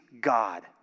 God